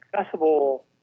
accessible